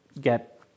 get